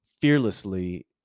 fearlessly